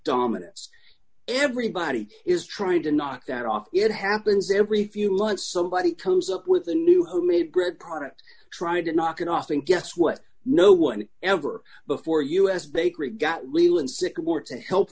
dominance everybody is trying to knock that off it happens every few months somebody comes up with a new homemade bread product trying to knock it off and guess what no one ever before u